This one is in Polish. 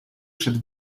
przed